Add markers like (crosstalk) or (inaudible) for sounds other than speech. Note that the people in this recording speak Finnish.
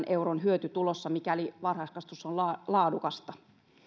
(unintelligible) euron hyöty tulossa mikäli varhaiskasvatus on laadukasta